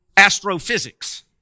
astrophysics